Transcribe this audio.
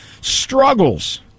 struggles